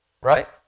right